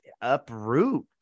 uproot